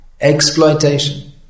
Exploitation